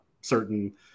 certain